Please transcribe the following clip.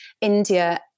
India